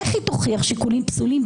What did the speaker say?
איך היא תוכיח שיקולים פסולים?